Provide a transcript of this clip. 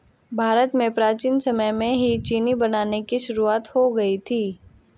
भारत में प्राचीन समय में ही चीनी बनाने की शुरुआत हो गयी थी